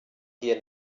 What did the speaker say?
hier